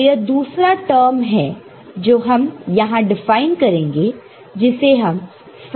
तो यह दूसरा टर्म है जो हम यहां डिफाइन करेंगे जिसे हम फैन इन कहते हैं